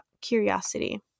curiosity